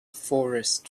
forest